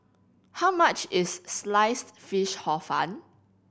how much is Sliced Fish Hor Fun